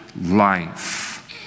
life